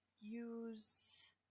use